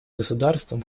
государствам